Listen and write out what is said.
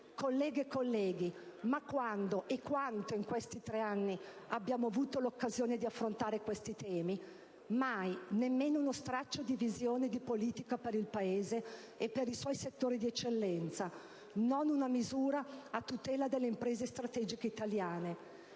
Colleghe e colleghi, ma quando e quanto in questi tre anni abbiamo avuto l'occasione di affrontare tali temi? Mai, nemmeno uno straccio di visione di politica per il Paese e per i suoi settori di eccellenza, non una misura a tutela delle imprese strategiche italiane.